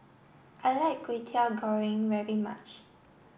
I like Kway teow Goreng very much